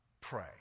pray